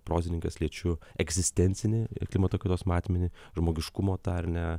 prozininkas liečiu egzistencinį klimato kaitos matmenį žmogiškumo tą ar ne